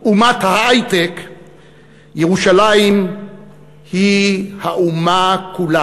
ירושלים היא האומה כולה.